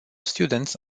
students